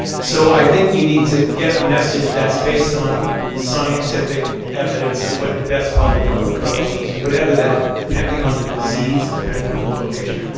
so i think you need to get a message that's based on scientific evidence of what the best public health approach is, whatever that depending on the disease, depending on the location,